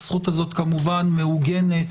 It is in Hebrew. הזכות הזאת כמובן מעוגנת